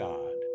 God